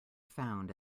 found